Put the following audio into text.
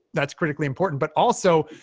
that's critically important. but also,